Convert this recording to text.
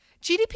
GDP